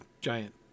giant